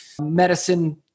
medicine